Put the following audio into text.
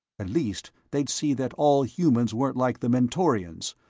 at least they'd see that all humans weren't like the mentorians,